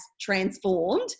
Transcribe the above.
transformed